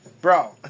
Bro